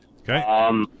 Okay